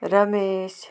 Ramesh